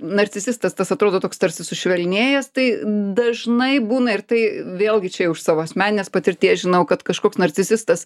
narcisistas tas atrodo toks tarsi sušvelnėjęs tai dažnai būna ir tai vėlgi čia jau iš savo asmeninės patirties žinau kad kažkoks narcisistas